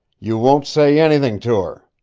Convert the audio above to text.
you won't say anything to her?